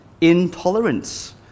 intolerance